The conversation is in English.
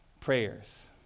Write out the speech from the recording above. prayers